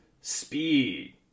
speed